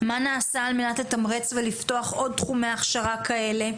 מה נעשה על מנת לתמרץ ולפתוח עוד תחומי הכשרה כאלה.